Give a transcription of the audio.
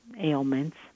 ailments